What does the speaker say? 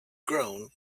grown